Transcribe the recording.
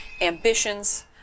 ambitions